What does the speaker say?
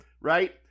right